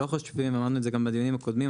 אמרנו את זה גם בדיונים הקודמים,